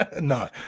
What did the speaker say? no